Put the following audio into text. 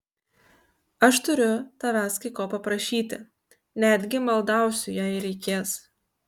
aš turiu tavęs kai ko paprašyti netgi maldausiu jei reikės